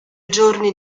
giorni